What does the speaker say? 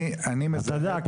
אתה יודע,